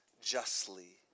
justly